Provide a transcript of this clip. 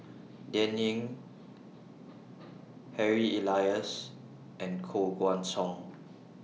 Dan Ying Harry Elias and Koh Guan Song